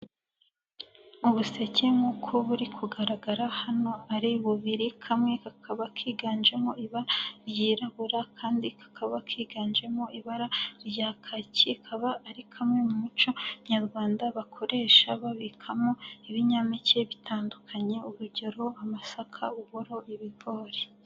Ubuseke nk'uko buri kugaragara hano ari bubiri, kamwe kakaba kiganjemo iba ryirabura, akandi kakaba kiganjemo ibara rya kaki, kaba ari kamwe mu muco nyarwanda, bakoresha babikamo ibinyampeke bitandukanye, urugero amasaka, uburo, ibigori.